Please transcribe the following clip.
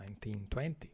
1920